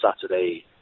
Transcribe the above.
Saturday